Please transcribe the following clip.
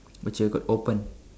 which you could open